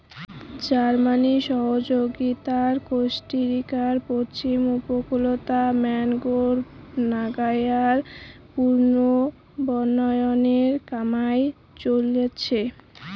জার্মানির সহযগীতাত কোস্টারিকার পশ্চিম উপকূলত ম্যানগ্রোভ নাগেয়া পুনর্বনায়নের কামাই চইলছে